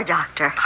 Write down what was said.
Doctor